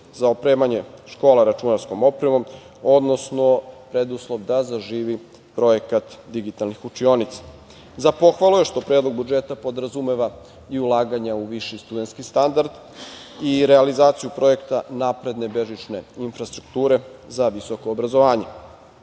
za opremanje škola računarskom opremom, odnosno preduslov da zaživi projekat digitalnih učionica.Za pohvalu je što Predlog budžeta podrazumeva i ulaganja u viši studentski standard i realizaciju projekta napredne bežične infrastrukture za visoko obrazovanje. Naravno,